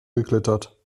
geklettert